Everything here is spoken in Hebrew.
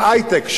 על היי-טק,